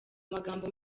amagambo